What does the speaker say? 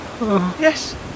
Yes